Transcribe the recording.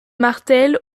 martel